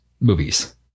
movies